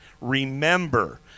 remember